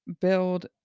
build